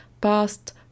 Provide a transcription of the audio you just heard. past